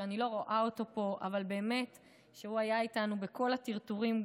אני לא רואה אותו פה אבל היה איתנו בכל הטרטורים,